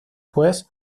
pues